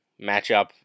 matchup